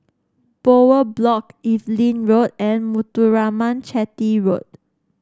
Bowyer Block Evelyn Road and Muthuraman Chetty Road